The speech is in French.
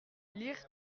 lire